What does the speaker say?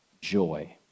joy